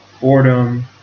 boredom